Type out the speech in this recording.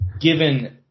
Given